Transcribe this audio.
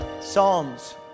Psalms